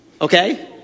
Okay